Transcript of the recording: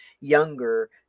younger